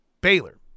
Baylor